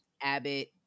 Abbott